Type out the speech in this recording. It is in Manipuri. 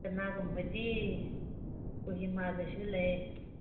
ꯀꯅꯥꯒꯨꯝꯕꯗꯤ ꯀꯣꯍꯤꯃꯥꯗꯁꯨ ꯂꯩ